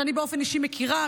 שאני באופן אישי מכירה,